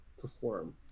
perform